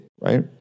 right